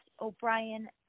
O'Brien